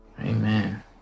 amen